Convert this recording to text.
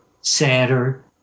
sadder